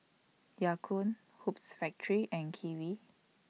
Ya Kun Hoops Factory and Kiwi